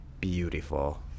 Beautiful